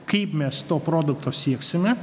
kaip mes to produkto sieksime